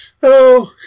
Hello